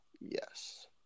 yes